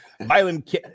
Violent